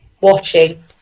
watching